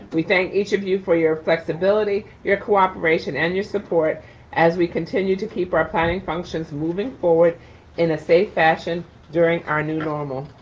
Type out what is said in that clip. we thank each of you for your flexibility, your cooperation, and your support as we continue to keep our planning functions moving forward in a safe fashion during our new normal.